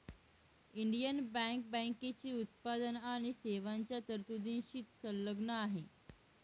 Indian bank बँकेची उत्पादन आणि सेवांच्या तरतुदींशी संलग्न आहे